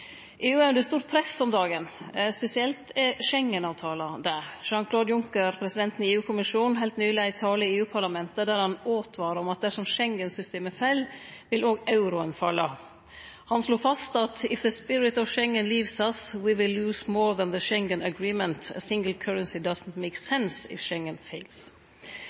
EU er under stort press om dagen, spesielt er Schengen-avtalen det. Jean-Claude Juncker, presidenten i EU-kommisjonen, heldt nyleg ein tale i EU-parlamentet der han åtvara om at dersom Schengen-systemet fell, vil òg euroen falle. Han slo fast: